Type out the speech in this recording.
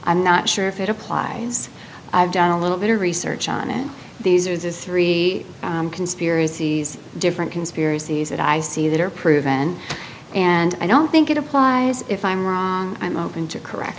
i'm not sure if it applies i've done a little bit of research on it these are as is three conspiracies different conspiracies that i see that are proven and i don't think it applies if i'm wrong i'm open to correct